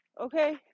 Okay